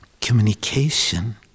Communication